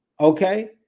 Okay